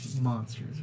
monsters